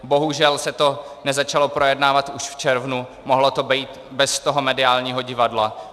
Bohužel se to nezačalo projednávat už v červnu, mohlo to být bez toho mediálního divadla.